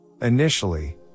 Initially